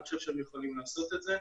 אני חושב שהם יכולים לעשות את זה.